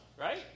right